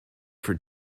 for